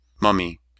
Mummy